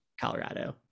Colorado